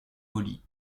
poli